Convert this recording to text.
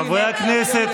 חברי הכנסת,